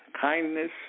kindness